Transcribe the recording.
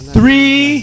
Three